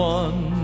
one